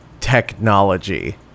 technology